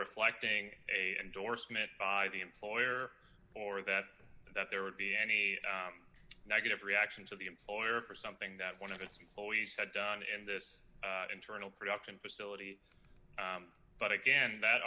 reflecting a door smith by the employer or that that there would be any negative reaction to the employer for something that one of its employees had done in this internal production facility but again that